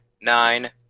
Nine